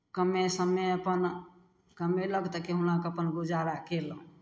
कमे समे अपन कमेलक तऽ कहुना कऽ अपन गुजारा कयलहुँ